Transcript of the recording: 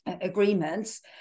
agreements